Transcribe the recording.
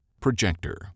Projector